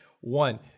One